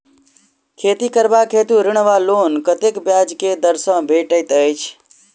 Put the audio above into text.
खेती करबाक हेतु ऋण वा लोन कतेक ब्याज केँ दर सँ भेटैत अछि?